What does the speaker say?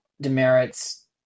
demerits